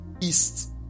east